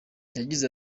yagize